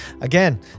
again